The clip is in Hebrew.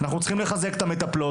אנחנו צריכים לחזק את המטפלות,